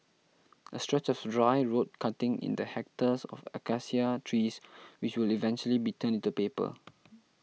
a stretch of dry road cutting in the hectares of Acacia trees which will eventually be turned into paper